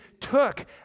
took